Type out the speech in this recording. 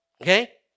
Okay